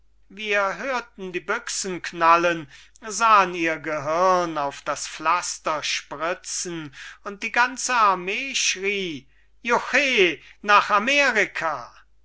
wir hörten die büchsen knallen sahen ihr gehirn auf das pflaster spritzen und die ganze armee schrie juchhe nach amerika